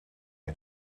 het